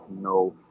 no